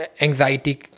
anxiety